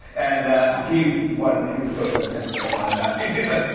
and he wanted he was so presidential and wanted nothing. he's like,